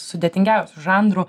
sudėtingiausių žanrų